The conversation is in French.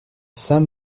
saint